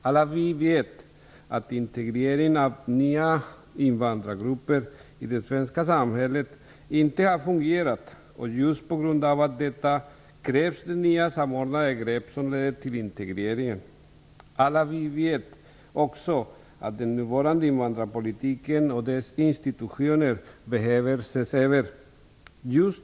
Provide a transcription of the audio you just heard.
Alla vi vet att integrering av nya invandrargrupper i det svenska samhället inte har fungerat. Just på grund av detta krävs det nya samordnade grepp som leder till integrering. Alla vi vet också att den nuvarande invandrarpolitiken och dess institutioner behöver ses över.